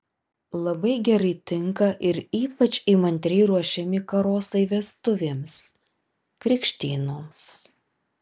labai gerai tinka ir ypač įmantriai ruošiami karosai vestuvėms krikštynoms